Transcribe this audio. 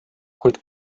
kuid